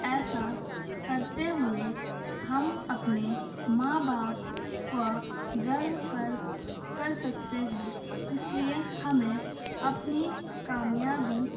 ایسا کرتے ہوئے ہم اپنے ماں باپ کا گَروَ کر کر سکتے ہیں اس لیے ہمیں اپنی کامیابی